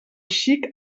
xic